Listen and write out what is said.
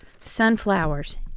sunflowers